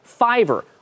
Fiverr